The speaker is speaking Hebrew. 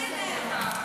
לפי הסדר.